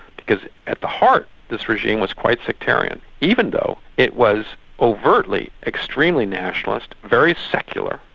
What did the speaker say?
because at the heart, this regime was quite sectarian, even though it was overtly extremely nationalist, very secular.